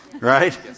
Right